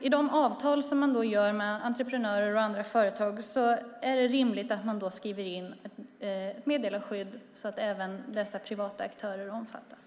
I de avtal som man då sluter med entreprenörer och företag är det rimligt att man då skriver in ett meddelarskydd så att även dessa privata aktörer omfattas.